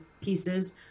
pieces